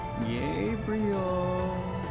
Gabriel